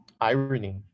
irony